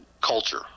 culture